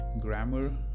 grammar